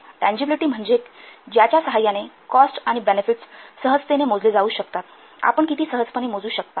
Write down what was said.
tangibility म्हणजे ज्याच्या सहाय्याने कॉस्ट आणि बेनेफिट्स सहजतेने मोजले जाऊ शकतात आपण किती सहजपणे मोजू शकता